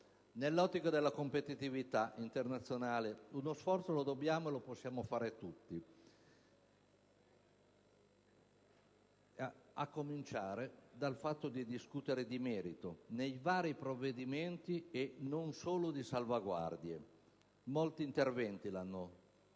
nell'ottica della competitività internazionale uno sforzo lo dobbiamo e lo possiamo fare tutti, a cominciare dal fatto di discutere di merito nei vari provvedimenti e non solo di salvaguardie, e molti interventi hanno